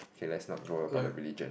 okay let's not go about the religion